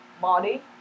body